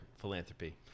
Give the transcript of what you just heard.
philanthropy